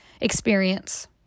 experience